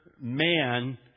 man